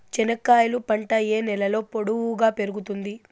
చెనక్కాయలు పంట ఏ నేలలో పొడువుగా పెరుగుతుంది?